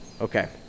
Okay